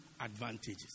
advantages